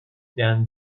than